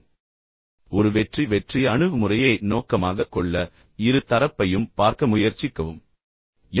இப்போது ஒரு வெற்றி வெற்றி அணுகுமுறையை நோக்கமாகக் கொள்ள இரு தரப்பையும் பார்க்க முயற்சிக்கவும் நான் உங்களுக்குச் சொன்னேன்